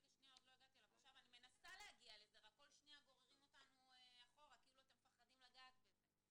אומרת לילך וגנר שיבקשו מבית המשפט.